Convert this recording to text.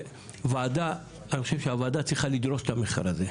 ואני חושב שהוועדה צריכה לדרוש את המחקר לזה.